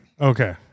Okay